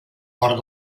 mort